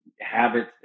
habits